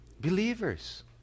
Believers